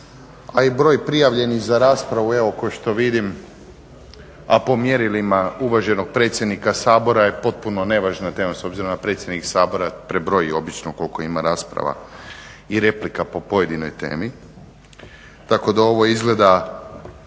a i broj prijavljenih za raspravu evo kao što vidim a po mjerilima uvaženog predsjednika Sabora je potpuno nevažna tema s obzirom da predsjednik Sabora prebroji obično koliko ima rasprava i replika po pojedinoj temi, tako da je ovo izgleda